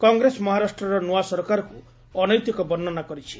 କଂଗ୍ରେସ ମହାରାଷ୍ଟ୍ରର ନୂଆ ସରକାରକୁ ଅନୈତିକ ବର୍ଷନା କରିଛି